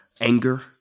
anger